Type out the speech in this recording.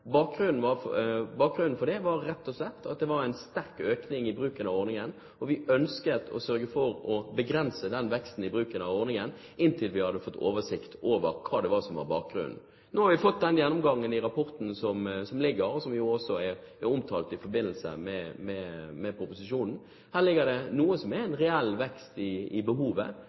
Bakgrunnen for det var rett og slett at det var en sterk økning i bruken av ordningen, og vi ønsket å sørge for å begrense veksten i bruken av ordningen inntil vi hadde fått oversikt over hva det var som var grunnen. Nå har vi fått den gjennomgangen i rapporten som foreligger, som jo også er omtalt i forbindelse med proposisjonen. Her ligger det noe som er en reell vekst i behovet.